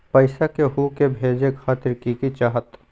पैसा के हु के भेजे खातीर की की चाहत?